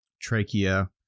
trachea